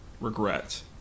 regret